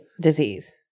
disease